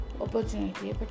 opportunity